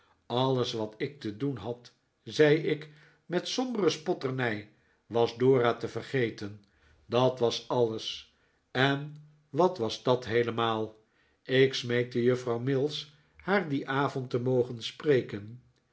alles wat ik te doen had zei ik met sombere spotternij was dora te vergeten dat was alles en wat was dat heelemaal ik smeekte juffrouw mills haar dien avond te mogen spreken